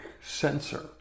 sensor